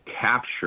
capture